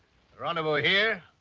geronimo here,